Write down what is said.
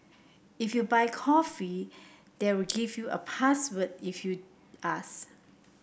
if you buy a coffee they'll give you a password if you ask